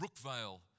Brookvale